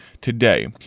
today